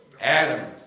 Adam